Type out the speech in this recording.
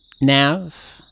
Nav